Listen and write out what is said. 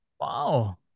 wow